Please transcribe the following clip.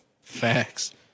Facts